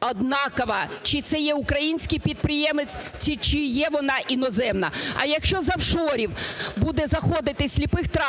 однаково: чи це є український підприємець, чи є вона іноземна. А якщо з офшорів буде заходити з сліпих трастів